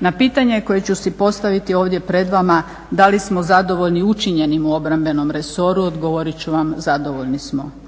Na pitanje koje ću su postaviti ovdje pred vama, da li smo zadovoljni učinjenim u obrambenom resoru odgovorit ću vam, zadovoljni smo.